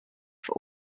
for